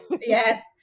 yes